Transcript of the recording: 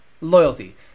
loyalty